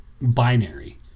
binary